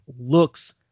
looks